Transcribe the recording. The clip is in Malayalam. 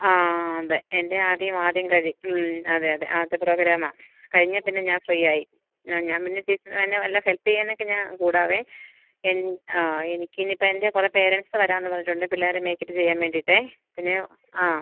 ആ അതെ എന്റെ ആദ്യം ആദ്യം കഴിയും മ് അതെ അതെ ആദ്യത്തെ പ്രോഗ്രാമാണ് കഴിഞ്ഞാല് പിന്നെ ഞാന് ഫ്രീയായി ആ ഞാന് പിന്നെ ടീച്ചറിന് വേണമെങ്കില് വല്ല ഹെല്പ്പ് ചെയ്യാനൊക്കെ ഞാന് കൂടാം ആ എനിക്കിനിപ്പോള് എന്റെ കുറേ പേരൻസ് വരാമെന്ന് പറഞ്ഞിട്ടുണ്ട് പിള്ളേരെ മേക്കപ്പ് ചെയ്യാന് വേണ്ടിയിട്ട് പിന്നെ ആ